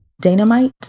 Dynamite